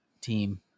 team